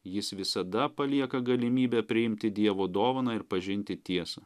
jis visada palieka galimybę priimti dievo dovaną ir pažinti tiesą